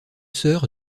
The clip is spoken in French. sœurs